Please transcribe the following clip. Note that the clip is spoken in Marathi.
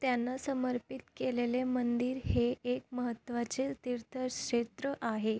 त्यांना समर्पित केलेले मंदिर हे एक महत्त्वाचं तीर्थक्षेत्र आहे